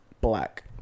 black